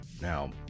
now